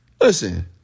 Listen